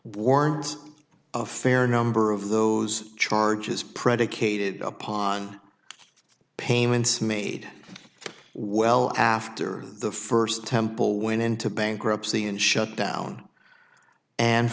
warrants a fair number of those charges predicated upon payments made well after the first temple went into bankruptcy and shut down and